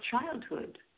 childhood